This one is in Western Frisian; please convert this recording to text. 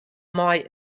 mei